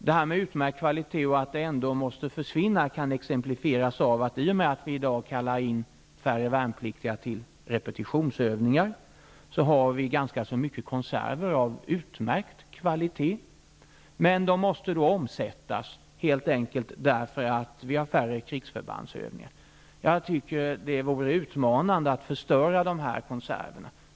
Frågan om utmärkt kvalitet och att materielen måste slängas, kan exemplifieras av att det, eftersom färre värnpliktiga kallas in till repetitionsövningar, finns mycket konserver av utmärkt kvalitet över. De måste omsättas, helt enkelt därför att det är färre krigsförbandsövningar. Det vore utmanande att förstöra dessa konserver.